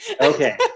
Okay